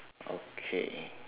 okay